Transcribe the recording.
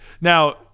Now –